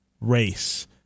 race